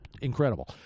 incredible